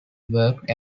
worked